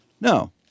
No